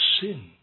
sin